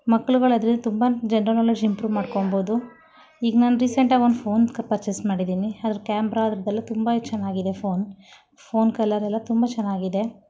ಮಕ್ಕಳುಗಳು ಆದರೆ ತುಂಬ ಜನ್ರನಾಲೆಜ್ ಇಂಪ್ರೂವ್ ಮಾಡ್ಕೊಳ್ಬೋದು ಈಗ ನಾನು ರೀಸೆಂಟಾಗ್ ಒಂದು ಫೋನ್ ಪರ್ಚೇಸ್ ಮಾಡಿದ್ದೀನಿ ಅದ್ರ ಕ್ಯಾಮ್ರಾ ಅದ್ರದ್ದೆಲ್ಲ ತುಂಬ ಚೆನ್ನಾಗಿದೆ ಫೋನ್ ಫೋನ್ ಕಲರೆಲ್ಲ ತುಂಬ ಚೆನ್ನಾಗಿದೆ